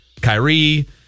Kyrie